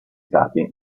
stati